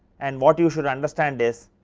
and what you should understand is